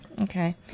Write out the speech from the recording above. Okay